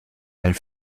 elle